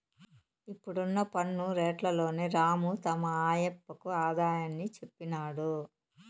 ఇప్పుడున్న పన్ను రేట్లలోని రాము తమ ఆయప్పకు ఆదాయాన్ని చెప్పినాడు